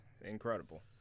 incredible